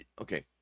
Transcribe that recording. okay